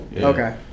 Okay